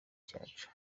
cyacu